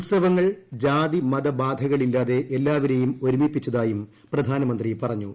ഉത്സവങ്ങൾ ജാതി മത ബാധകൾ ഇല്ലാതെ എല്ലാവരെയും ഒരുമിപ്പിച്ചതായും പ്രധാനമന്ത്രി പറഞ്ഞു